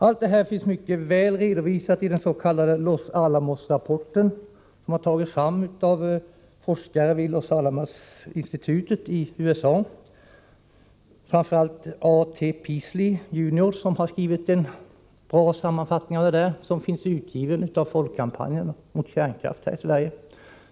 Allt detta finns mycket väl redovisat i den s.k. Los Alamos-rappporten, utarbetad av forskare vid Los Alamos-institutet i USA. Framför allt A.T. Peaslee Jr har skrivit en bra sammanfattning, som finns utgiven av Folkkampanjen mot kärnkraft här i Sverige.